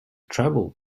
travel